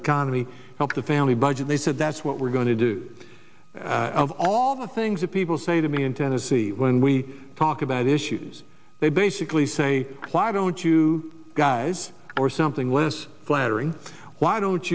economy help the family budget they said that's what we're going to do of all the things that people say to me in tennessee when we talk about issues they basically say a lot i don't you guys or something less flattering why don't